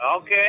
Okay